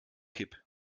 kipp